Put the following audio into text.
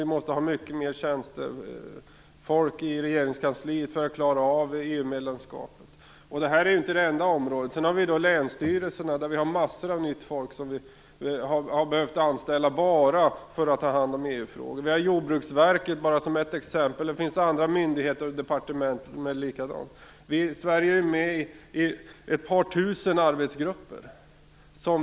Vi måste ha mycket mer tjänstefolk i regeringskansliet för att klara av EU Det är inte det enda området. På länsstyrelserna har vi behövt anställa massor av nytt folk bara för att ta hand om EU-frågor. Jordbruksverket är ett exempel. Det finns andra myndigheter och departement där det är likadant. Sverige är med i ett par tusen arbetsgrupper.